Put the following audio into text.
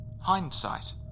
hindsight